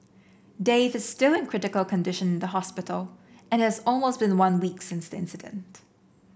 Dave is still in critical condition in the hospital and it has almost been one week since the incident